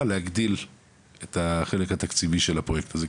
להגדיל את החלק התקציבי של הפרויקט הזה,